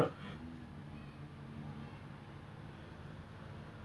desserts and meals everything included all time favourite